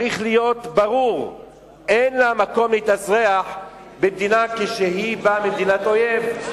צריך להיות ברור: אין לה מקום להתאזרח במדינה כשהיא באה ממדינת אויב.